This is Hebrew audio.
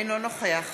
אינו נוכח